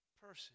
person